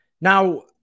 Now